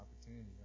opportunity